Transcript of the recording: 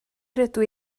rydw